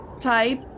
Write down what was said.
type